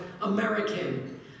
American